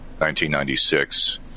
1996